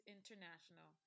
International